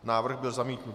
Návrh byl zamítnut.